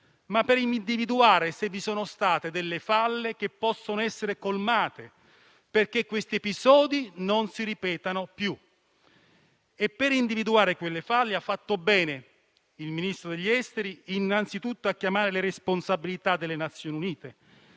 ma di individuare falle, se ve ne sono state, che possono essere colmate, perché questi episodi non si ripetano più. Per individuare quelle falle, ha fatto bene il Ministro degli affari esteri innanzitutto a richiamare le responsabilità delle Nazioni Unite